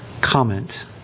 comment